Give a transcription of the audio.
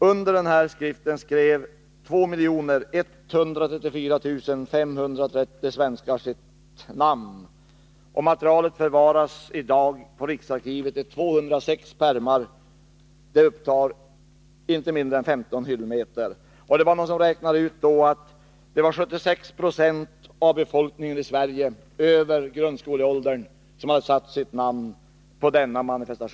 Under denna skrift hade 2 134 530 svenskar skrivit sitt namn. Materialet förvaras i dag på riksarkivet i 206 pärmar och upptar inte mindre än 15 hyllmeter. Någon räknade ut att det var 76 70 av befolkningen över grundskoleålder i Sverige som hade satt sina namn på denna manifestation.